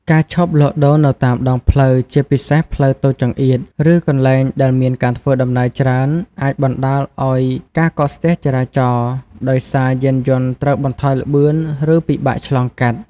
ការឈប់លក់ដូរនៅតាមដងផ្លូវ ជាពិសេសផ្លូវតូចចង្អៀត ឬកន្លែងដែលមានការធ្វើដំណើរច្រើន អាចបណ្ដាលឲ្យ ការកកស្ទះចរាចរណ៍ ដោយសារយានយន្តត្រូវបន្ថយល្បឿន ឬពិបាកឆ្លងកាត់។